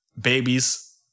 babies